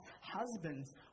husbands